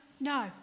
No